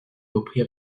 reprit